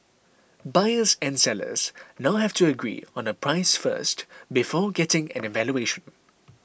buyers and sellers now have to agree on a price first before getting an evaluation